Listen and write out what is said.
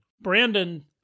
Brandon